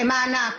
זה מענק.